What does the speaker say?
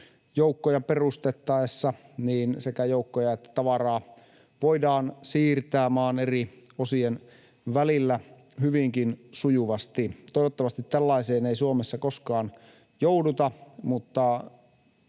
joukkoja perustettaessa sekä joukkoja että tavaraa voidaan siirtää maan eri osien välillä hyvinkin sujuvasti. Toivottavasti tällaiseen ei Suomessa koskaan jouduta, mutta